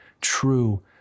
true